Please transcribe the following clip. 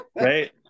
Right